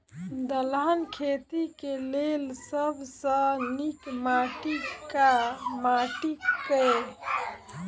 दलहन खेती केँ लेल सब सऽ नीक माटि वा माटि केँ?